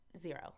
zero